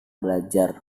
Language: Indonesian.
belajar